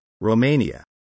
Romania